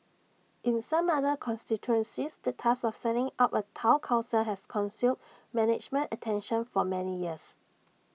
in some other constituencies the task of setting up A Town Council has consumed management attention for many years